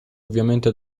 ovviamente